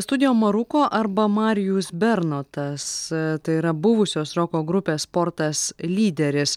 studijo maruko arba marijus bernotas tai yra buvusios roko grupės sportas lyderis